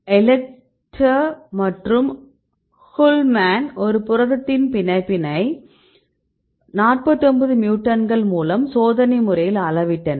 எலெட்ர் மற்றும் குஹ்ல்மேன் ஒரு புரதத்தின் பிணைப்பை 49 மியூட்டன்ட்கள் மூலம் சோதனை முறையில் அளவிட்டனர்